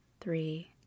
three